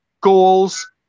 goals